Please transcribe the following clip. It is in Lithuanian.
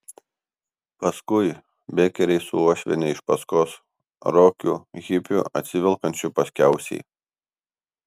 paskui bekeriai su uošviene iš paskos rokiu hipiu atsivelkančiu paskiausiai